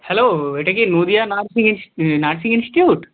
hello এটা কি Nadia nursing nursing institute